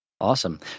awesome